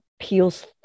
peels